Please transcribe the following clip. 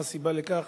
מה הסיבה לכך